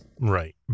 Right